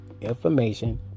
information